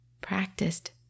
practiced